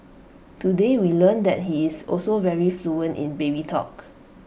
today we learned that he is also very fluent in baby talk